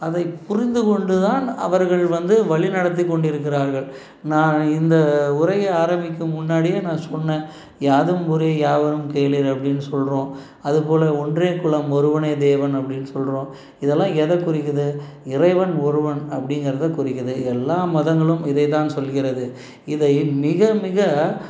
அதை புரிந்துக் கொண்டு தான் அவர்கள் வந்து வழிநடத்தி கொண்டிருக்கிறார்கள் நான் இந்த உரையை ஆரம்பிக்கும் முன்னாடியே நான் சொன்னேன் யாதும் ஊரே யாவரும் கேளிர் அப்படின்னு சொல்றோம் அதுபோல ஒன்றே குலம் ஒருவனே தேவன் அப்படின்னு சொல்கிறோம் இதெல்லாம் எதை குறிக்கிது இறைவன் ஒருவன் அப்படிங்கிறத குறிக்குது எல்லா மதங்களும் இதைதான் சொல்கிறது இதை மிக மிக